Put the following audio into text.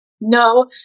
no